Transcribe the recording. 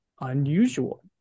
unusual